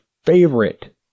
favorite